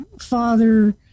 father